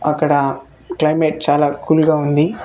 అక్కడ క్లయిమేట్ చాలా కూల్గా ఉంది